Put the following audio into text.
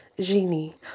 genie